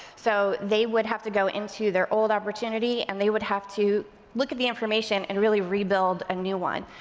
so they would have to go into their old opportunity and they would have to look at the information and really rebuild a new one.